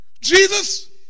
Jesus